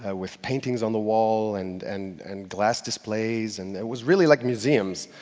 ah with paintings on the wall, and and and glass displays. and it was really like museums.